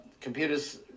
Computers